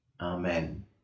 Amen